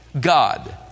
God